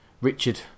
Richard